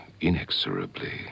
inexorably